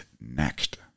next